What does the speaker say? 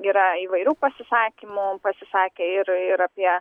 yra įvairių pasisakymų pasisakė ir ir apie